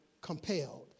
compelled